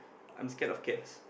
I'm scared of cats